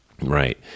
right